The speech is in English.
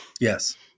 yes